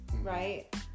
Right